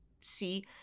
see